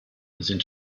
sind